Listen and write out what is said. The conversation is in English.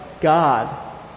God